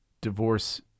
divorce